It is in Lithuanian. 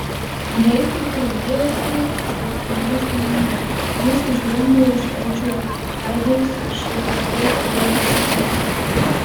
vaikas drovėjosi svetimų žmonių jis užlindo už edžio edis šiaip ar taip buvo savas